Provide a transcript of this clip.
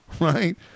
right